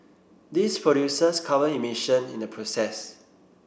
this produces carbon emission in the process